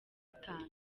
atanu